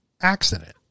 accident